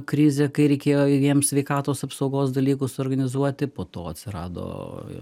krizę kai reikėjo ir jiems sveikatos apsaugos dalykus organizuoti po to atsirado